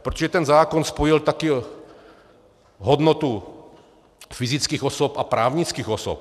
Protože ten zákon spojil taky hodnotu fyzických osob a právnických osob.